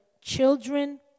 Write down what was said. children